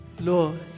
Lord